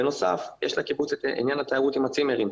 בנוסף, יש לקיבוץ את עניין התיירות עם הצימרים.